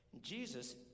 Jesus